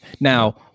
Now